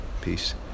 peace